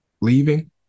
leaving